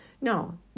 No